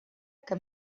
que